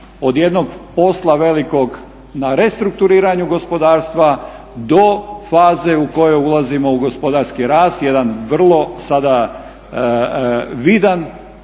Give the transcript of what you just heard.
od jednog posla velikog na restrukturiranju gospodarstva do faze u kojoj ulazimo u gospodarski rast jedan vrlo sada vidan